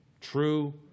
True